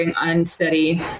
Unsteady